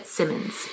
Simmons